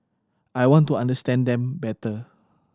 I want to understand them better